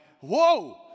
whoa